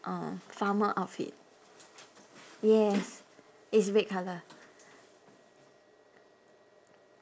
um farmer outfit yes it's red colour